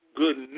good